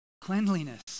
cleanliness